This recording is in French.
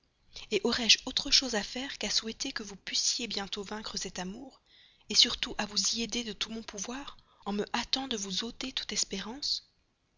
insurmontables aurais-je alors autre chose à faire qu'à souhaiter que vous pussiez bientôt vaincre cet amour surtout à vous y aider moi-même en me hâtant de vous ôter tout espoir